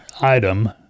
item